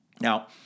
Now